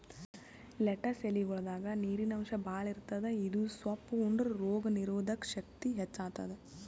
lettuce ಎಲಿಗೊಳ್ದಾಗ್ ನೀರಿನ್ ಅಂಶ್ ಭಾಳ್ ಇರ್ತದ್ ಇದು ಸೊಪ್ಪ್ ಉಂಡ್ರ ರೋಗ್ ನೀರೊದಕ್ ಶಕ್ತಿ ಹೆಚ್ತಾದ್